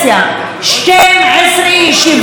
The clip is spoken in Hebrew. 12 ישיבות חירום,